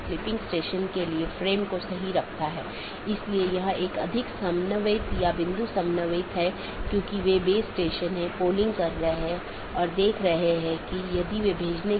त्रुटि स्थितियों की सूचना एक BGP डिवाइस त्रुटि का निरीक्षण कर सकती है जो एक सहकर्मी से कनेक्शन को प्रभावित करने वाली त्रुटि स्थिति का निरीक्षण करती है